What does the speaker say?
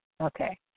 Okay